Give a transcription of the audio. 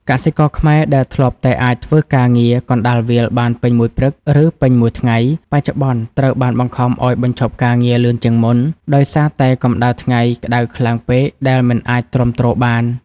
កសិករខ្មែរដែលធ្លាប់តែអាចធ្វើការងារកណ្ដាលវាលបានពេញមួយព្រឹក ឬពេញមួយថ្ងៃ បច្ចុប្បន្នត្រូវបានបង្ខំឱ្យបញ្ឈប់ការងារលឿនជាងមុន ដោយសារតែកម្ដៅថ្ងៃក្តៅខ្លាំងពេកដែលមិនអាចទ្រាំទ្របាន។